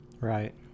Right